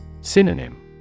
Synonym